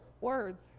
words